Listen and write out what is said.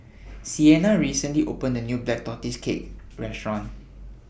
Siena recently opened A New Black Tortoise Cake Restaurant